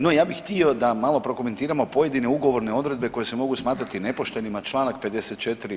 No, ja bih htio da malo prokomentiramo pojedine ugovorne odredbe koje se mogu smatrati nepoštenim, čl. 54.